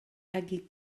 agi